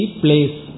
place